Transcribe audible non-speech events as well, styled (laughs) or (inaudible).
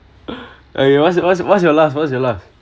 (laughs) okay what‘s what’s what's your last what’s your last